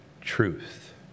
truth